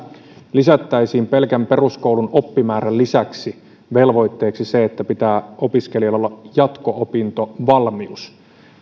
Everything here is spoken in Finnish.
lisättäisiin pelkän peruskoulun oppimäärän lisäksi velvoitteeksi se että pitää opiskelijalla olla jatko opintovalmius